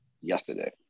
yesterday